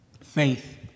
Faith